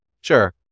Sure